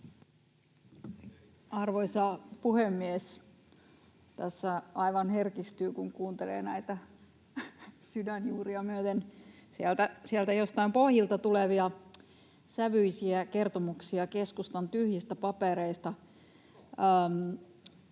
Arvoisa puhemies! Tässä aivan herkistyy, kun kuuntelee näitä sydänjuuria myöten sieltä jostain pohjilta tulevia, sävyisiä kertomuksia keskustan tyhjistä papereista.